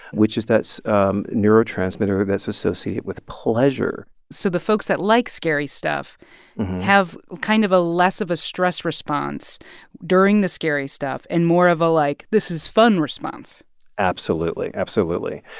which is that um neurotransmitter that's associated with pleasure so the folks that like scary stuff have kind of a less of a stress response during the scary stuff and more of a, like, this is fun response absolutely. absolutely.